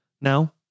Now